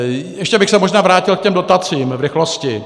Ještě bych se možná vrátil k těm dotacím v rychlosti.